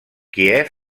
kíev